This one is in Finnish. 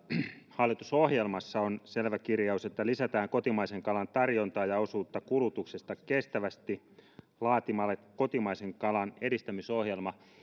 hallitusohjelmassa on selvä kirjaus että lisätään kotimaisen kalan tarjontaa ja osuutta kulutuksesta kestävästi laatimalla kotimaisen kalan edistämisohjelma